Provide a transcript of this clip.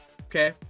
Okay